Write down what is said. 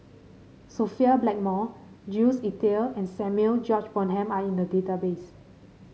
Sophia Blackmore Jules Itier and Samuel George Bonham are in the database